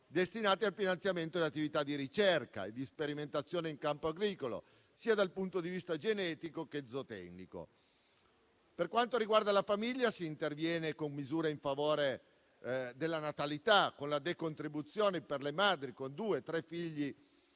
destinati al finanziamento delle attività di ricerca e di sperimentazione in campo agricolo, dal punto di vista sia genetico che zootecnico. Per quanto riguarda la famiglia, si interviene con misure in favore della natalità, con la decontribuzione per le madri con due o tre figli